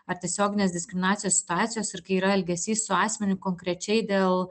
ar tiesioginės diskriminacijos situacijos ir kai yra elgesys su asmeniu konkrečiai dėl